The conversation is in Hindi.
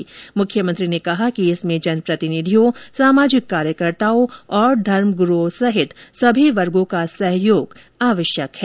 श्री गहलोत ने कहा कि इसमें जनप्रतिनिधियों सामाजिक कार्यकर्ताओं धर्म गुरूओं सहित सभी वर्गों का सहयोग आवश्यक है